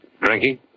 Drinking